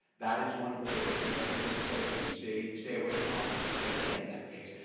that is one of the biggest things, that's why people say if you can stay stay away from hospitals, stay away in that case.